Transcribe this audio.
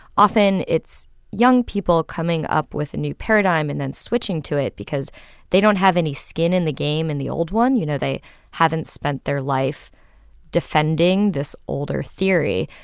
often it's young people coming up with a new paradigm and then switching to it because they don't have any skin in the game in the old one. you know, they haven't spent their life defending this older theory.